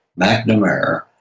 McNamara